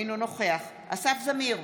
אינו נוכח אסף זמיר,